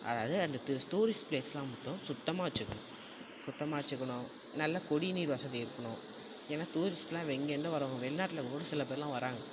அதாவது அந்த டூரிஸ்ட் ப்ளேஸ்லாம் மட்டும் சுத்தமாக வச்சுக்கணும் சுத்தமாக வச்சுக்கணும் நல்ல குடிநீர் வசதி இருக்குணும் ஏன்னா டூரிஸ்ட்லாம் எங்கேர்ந்தோ வர்றவங்க வெளிநாட்டில் ஒரு சிலபேர்லாம் வராங்க